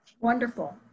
Wonderful